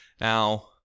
Now